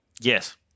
Yes